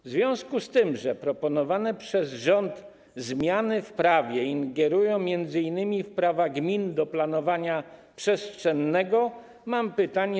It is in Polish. W związku z tym, że proponowane przez rząd zmiany w prawie ingerują m.in. w prawa gmin do planowania przestrzennego, mam pytanie: